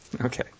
Okay